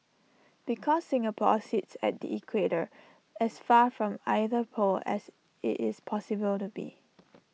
because Singapore sits at the equator as far from either pole as IT is possible to be